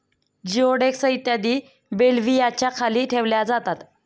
जिओडेक्स इत्यादी बेल्व्हियाच्या खाली ठेवल्या जातात